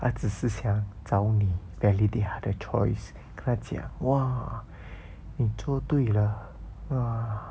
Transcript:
but 只是想找你 validate 她的 choice 跟她讲 !wah! 你做对了 !wah!